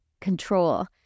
control